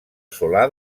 solà